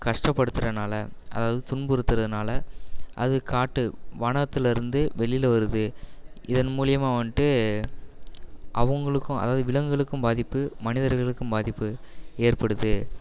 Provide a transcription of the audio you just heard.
கஷ்டப்படுத்துறதுனால அதாவது துன்புறுத்துறதுனால அது காடு வனத்துலேருந்து வெளியில் வருது இதன் மூலிமா வந்துட்டு அவங்களுக்கும் அதாவது விலங்குகளுக்கும் பாதிப்பு மனிதர்களுக்கும் பாதிப்பு ஏற்படுது